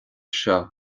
seo